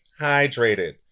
hydrated